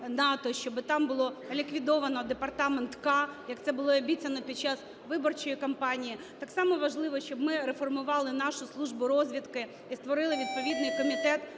щоб там було ліквідовано департамент "К", як це було і обіцяно під час виборчої кампанії. Так само важливо, щоб ми реформували нашу Службу розвідки і створили відповідний комітет